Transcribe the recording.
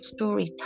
Storytime